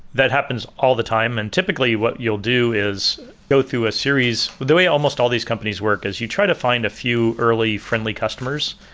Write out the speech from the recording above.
that happens all the time. and typically, what you'll do is go through a series the way almost all these companies work is you try to find a few early friendly customers.